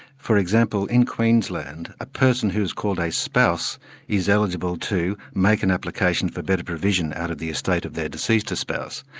for example in queensland a person who's called a spouse is eligible to make an application for better provision out of the estate of their deceased spouse.